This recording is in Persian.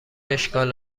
اشکال